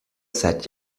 seit